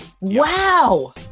Wow